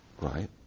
right